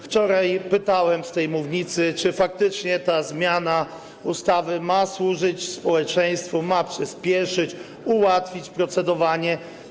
Wczoraj pytałem z tej mównicy, czy faktycznie ta zmiana ustawy ma służyć społeczeństwu, ma przyspieszyć, ułatwić procedowanie.